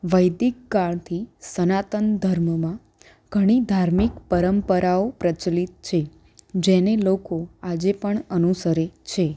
વૈદિક કાળથી સનાતન ધર્મમાં ઘણી ધાર્મિક પરંપરાઓ પ્રચલિત છે જેને લોકો આજે પણ અનુસરે છે